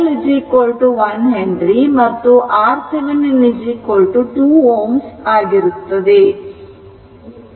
L l Henry ಮತ್ತು RThevenin 2 Ω ಆಗಿರುತ್ತದೆ